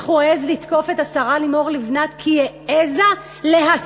איך הוא העז לתקוף את השרה לימור לבנת כי היא העזה להספיד,